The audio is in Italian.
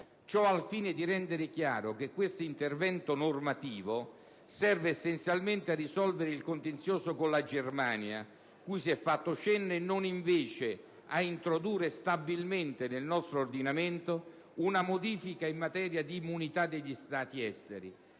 al fine di rendere chiaro che questo intervento normativo serve essenzialmente a risolvere il contenzioso con la Germania cui si è fatto cenno e non invece a introdurre stabilmente nel nostro ordinamento una modifica in materia di immunità degli Stati esteri,